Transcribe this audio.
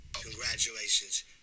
Congratulations